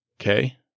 Okay